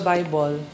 Bible